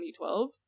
2012